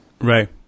Right